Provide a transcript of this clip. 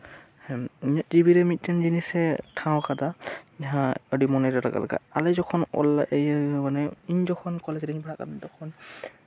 ᱦᱮᱸ ᱤᱧᱟᱹᱜ ᱴᱮᱵᱤᱞ ᱨᱮ ᱢᱤᱫᱴᱟᱱ ᱡᱤᱱᱤᱥ ᱮ ᱴᱷᱟᱶ ᱠᱟᱫᱟ ᱡᱟᱸᱦᱟ ᱟᱹᱰᱤ ᱢᱚᱱᱮᱨᱮ ᱞᱟᱜᱟᱜ ᱞᱮᱠᱟ ᱟᱞᱮ ᱡᱚᱠᱷᱚᱱ ᱚᱱ ᱤᱧ ᱡᱚᱠᱷᱚᱱ ᱠᱚᱞᱮᱡᱽ ᱨᱤᱧ ᱯᱟᱲᱦᱟᱜ ᱠᱟᱱ ᱛᱟᱸᱦᱮᱱ ᱛᱚᱠᱷᱚᱱ